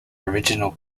original